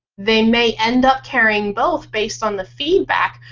they may end up carrying both based on the feedback.